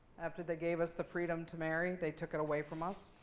after they gave us the freedom to marry, they took it away from us.